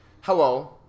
Hello